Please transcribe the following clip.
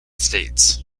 states